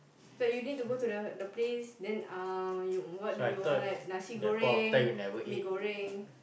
so you need to go to the the place then uh you what do you want like Nasi-Goreng Mee-Goreng